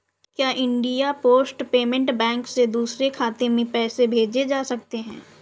क्या India post payment bank से दूसरे खाते में पैसे भेजे जा सकते हैं?